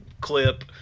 clip